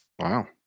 Wow